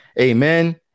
Amen